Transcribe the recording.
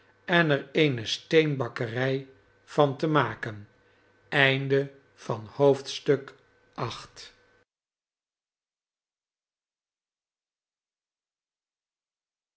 en er eene steenbakkerij van te maken